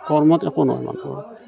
মানুহ নহয়